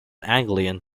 anglian